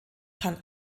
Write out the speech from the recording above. kann